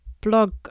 blog